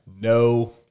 no